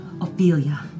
Ophelia